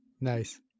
Nice